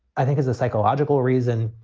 i think is a psychological reason,